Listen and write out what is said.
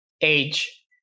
age